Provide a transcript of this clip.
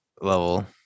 level